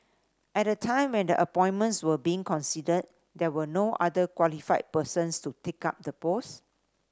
at the time when the appointments were being considered there were no other qualified persons to take up the posts